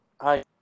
Hi